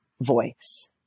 voice